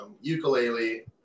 ukulele